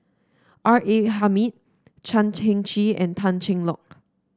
R A Hamid Chan Heng Chee and Tan Cheng Lock